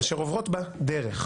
אשר עוברות בה דרך".